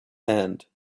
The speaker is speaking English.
hand